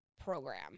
program